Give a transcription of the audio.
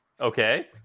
okay